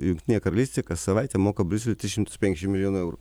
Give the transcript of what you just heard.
jungtinė karalystė kas savaitę moka briuseliui tris šimtus penkiasdešim milijonų eurų